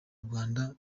rwanda